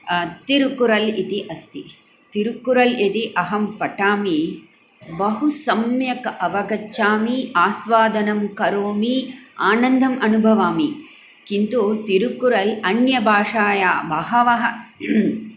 तिरुकुरल् इति अस्ति तिरुकुरल् यदि अहं पठामि बहुसम्यक् अवगच्छामि आस्वादनं करोमि आनन्दम् अनुभवामि किन्तु तिरुकुरल् अन्यभाषायां बहवः